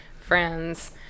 friends